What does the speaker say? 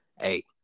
Hey